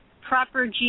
proper